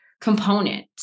component